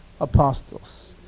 apostles